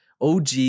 OG